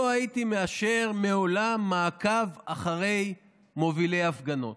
לא הייתי מאשר לעולם מעקב אחרי מובילי הפגנות,